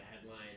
headline